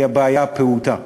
היא הבעיה הפעוטה.